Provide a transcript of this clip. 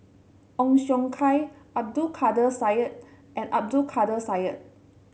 Ong Siong Kai Abdul Kadir Syed and Abdul Kadir Syed